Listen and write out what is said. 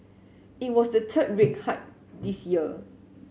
it was the third rate hike this year